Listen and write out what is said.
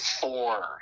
four